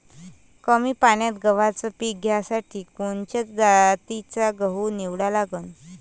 कमी पान्यात गव्हाचं पीक घ्यासाठी कोनच्या जातीचा गहू निवडा लागन?